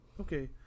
Okay